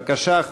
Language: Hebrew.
בבקשה.